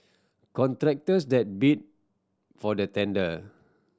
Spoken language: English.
contractors that bid for the tender